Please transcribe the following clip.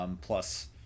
plus